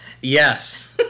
Yes